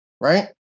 right